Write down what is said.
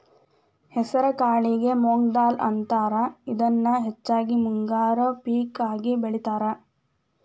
ಹೆಸರಕಾಳಿಗೆ ಮೊಂಗ್ ದಾಲ್ ಅಂತಾರ, ಇದನ್ನ ಹೆಚ್ಚಾಗಿ ಮುಂಗಾರಿ ಪೇಕ ಆಗಿ ಬೆಳೇತಾರ